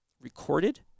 recorded